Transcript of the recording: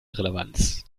relevanz